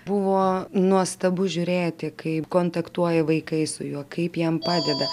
buvo nuostabu žiūrėti kaip kontaktuoja vaikai su juo kaip jam padeda